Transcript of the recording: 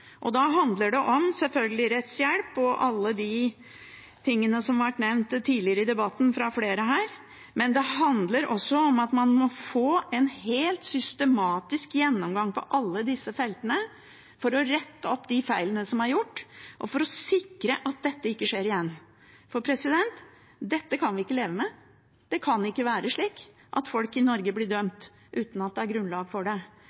handler selvfølgelig om rettshjelp og alle de tingene som har vært nevnt tidligere i debatten av flere her, men det handler også om at man må få en helt systematisk gjennomgang av alle disse feltene for å rette opp de feilene som er gjort, og for å sikre at dette ikke skjer igjen. For dette kan vi ikke leve med. Det kan ikke være slik at folk i Norge blir dømt uten at det er grunnlag for det.